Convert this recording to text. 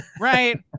Right